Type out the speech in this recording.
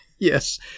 Yes